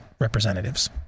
representatives